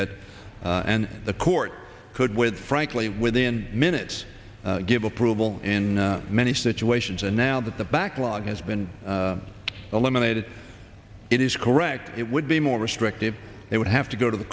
that and the court could with frankly within minutes give approval in many situations and now that the backlog has been eliminated it is correct it would be more restrictive it would have to go to